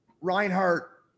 Reinhardt